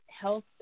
health